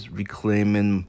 reclaiming